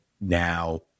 now